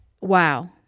Wow